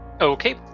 Okay